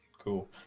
cool